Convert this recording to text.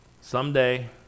Someday